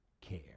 care